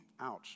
ouch